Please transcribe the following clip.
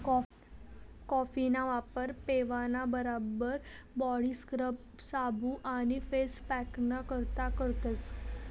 कॉफीना वापर पेवाना बराबर बॉडी स्क्रबर, साबू आणि फेस पॅकना करता करतस